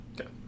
Okay